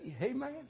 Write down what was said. Amen